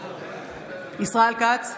ישראל כץ,